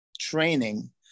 training